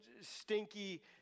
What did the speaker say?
stinky